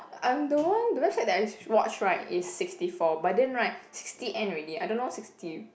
um the one the website that I watch right is sixty four but then right sixty end already I don't know sixty